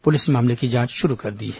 police ने मामले की जांच शुरू कर दी है